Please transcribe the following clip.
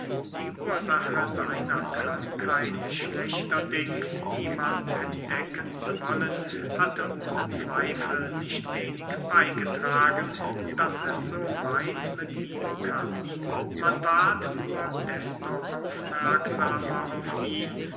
die ursache seiner krankheit schlechterdings niemand entdecken zu wollen hatte ohne zweifel nicht wenig beygetragen daß es so weit mit ihm kam man ward nur desto aufmerksamer auf ihn